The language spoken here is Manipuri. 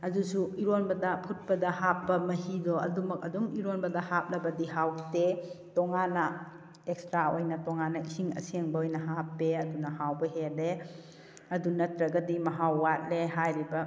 ꯑꯗꯨꯁꯨ ꯏꯔꯣꯟꯕꯗ ꯐꯨꯠꯄꯗ ꯍꯥꯞꯄ ꯃꯍꯤꯗꯣ ꯑꯗꯨꯝꯃꯛ ꯑꯗꯨꯝ ꯏꯔꯣꯟꯕꯗ ꯍꯥꯞꯂꯕꯗꯤ ꯍꯥꯎꯇꯦ ꯇꯣꯉꯥꯟꯅ ꯑꯦꯛꯁꯇ꯭ꯔꯥ ꯑꯣꯏꯅ ꯇꯣꯉꯥꯟꯅ ꯏꯁꯤꯡ ꯑꯁꯦꯡꯕ ꯑꯣꯏꯅ ꯍꯥꯞꯄꯦ ꯑꯗꯨꯅ ꯍꯥꯎꯕ ꯍꯦꯜꯂꯦ ꯑꯗꯨ ꯅꯠꯇ꯭ꯔꯒꯗꯤ ꯃꯍꯥꯎ ꯋꯥꯠꯂꯦ ꯍꯥꯏꯔꯤꯕ